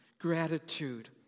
Gratitude